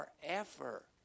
forever